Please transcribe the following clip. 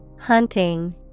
Hunting